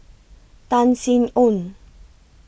Tan Sin Aun